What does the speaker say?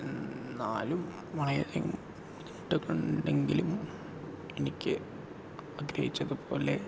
എന്നാലും വളരെയധികം ബുദ്ധിമുട്ടൊക്കെ ഉണ്ടെങ്കിലും എനിക്ക് ആഗ്രഹിച്ചത് പോലെ